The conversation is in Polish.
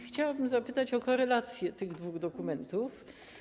Chciałabym zapytać o korelacje tych dwóch dokumentów.